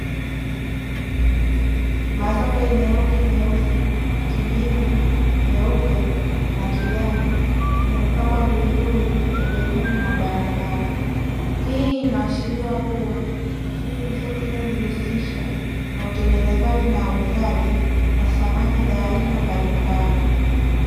Msofa yenye rangi nyeusi, kijivu, nyeupe na kijani yamepangwa vizuri pembezoni mwa barabara. Hii inaashiria kuwa hii ni sehemu inayojihusisha na utengenezaji na uuzaji wa samani za aina mbalimbali.